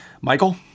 Michael